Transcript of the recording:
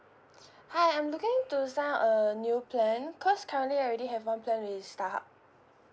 hi I'm looking to sign up a new plan cause currently I already have one plan with Starhub